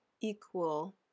equal